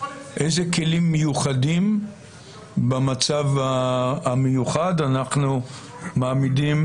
איזה כלים מיוחדים במצב המיוחד אנחנו מעמידים